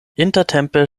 intertempe